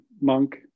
monk